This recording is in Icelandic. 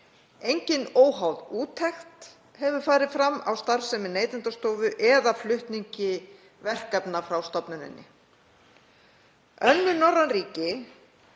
Engin óháð úttekt hefur farið fram á starfsemi Neytendastofu eða flutningi verkefna frá stofnuninni. Önnur norræn ríki